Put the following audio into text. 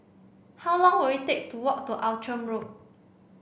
how long will it take to walk to Outram Road